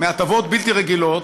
מהטבות בלתי רגילות,